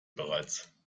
bereits